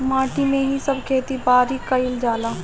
माटी में ही सब खेती बारी कईल जाला